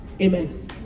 Amen